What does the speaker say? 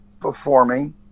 performing